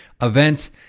events